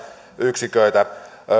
yksiköitä on